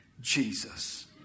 Jesus